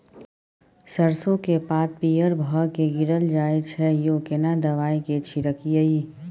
सरसो के पात पीयर भ के गीरल जाय छै यो केना दवाई के छिड़कीयई?